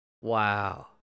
Wow